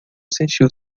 sentiu